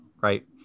right